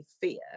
fear